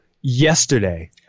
yesterday